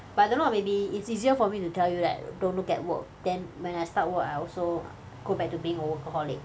but I don't know maybe it's easier for me to tell you that don't look at work then when I start work I also go back to being a workaholic